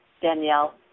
Danielle